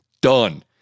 done